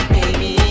Baby